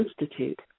Institute